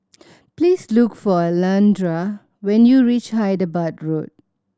please look for Alondra when you reach Hyderabad Road